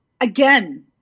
again